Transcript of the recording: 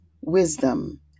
wisdom